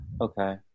Okay